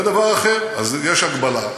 זה דבר אחר, אז יש הגבלה.